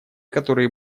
которые